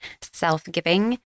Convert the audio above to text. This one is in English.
self-giving